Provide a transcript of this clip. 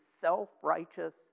self-righteous